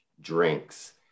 drinks